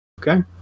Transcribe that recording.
Okay